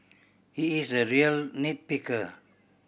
he is a real nit picker